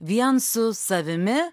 vien su savimi